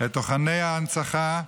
את תוכני ההנצחה,